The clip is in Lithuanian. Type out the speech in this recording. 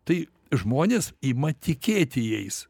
tai žmonės ima tikėti jais